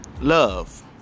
love